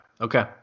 Okay